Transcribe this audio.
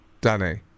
Danny